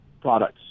products